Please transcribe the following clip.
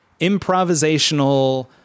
improvisational